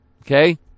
okay